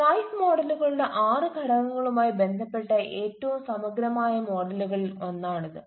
റൈഫ് മോഡലുകളുടെ ആറ് ഘടകങ്ങളുമായി ബന്ധപ്പെട്ട ഏറ്റവും സമഗ്രമായ മോഡലുകളിൽ ഒന്നാണിത്